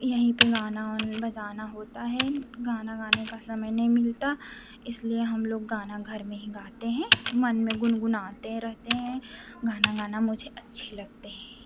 यहीं पर गाना ओन बजाना होता है गाना गाने का समय नहीं मिलता इसलिए हम लोग गाना घर में ही गाते हैं मन में गुनगुनाते रहते हैं गाना गाना मुझे अच्छे लगते हैं